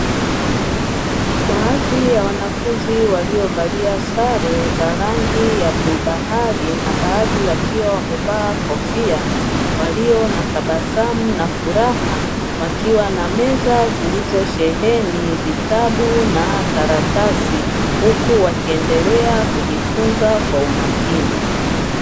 Baadhi ya wanafunzi waliovalia sare za rangi ya bluu bahari na baadhi wakiwa wamevaa kofia, walio na tabasamu na furaha wakiwa na meza zilizosheheni vitabu na karatasi, huku wakiendelea kujifunza kwa umakini.